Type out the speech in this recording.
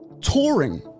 Touring